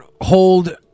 hold